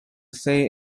say